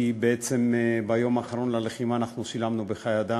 כי בעצם ביום האחרון ללחימה אנחנו שילמנו בחיי אדם.